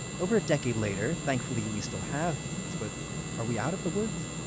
over a decade later, thankfully, we still have bees, but are we out of the woods?